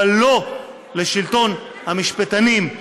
אבל לא לשלטון המשפטנים.